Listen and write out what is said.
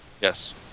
Yes